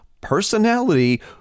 personality